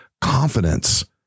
confidence